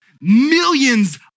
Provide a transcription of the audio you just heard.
millions